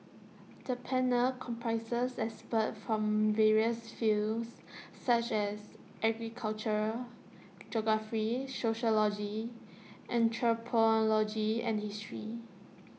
the panel comprises experts from various fields such as agriculture geography sociology anthropology and history